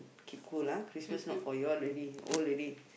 keep cool ah Christmas not for you all already old already